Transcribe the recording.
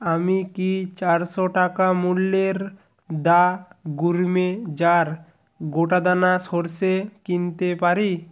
আমি কি চারশো টাকা মূল্যের দা গুরমে জার গোটা দানা সরষে কিনতে পারি